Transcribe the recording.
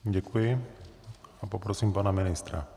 Děkuji a poprosím pana ministra.